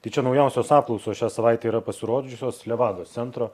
tai čia naujausios apklausos šią savaitę yra pasirodžiusios nevados centro